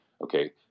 okay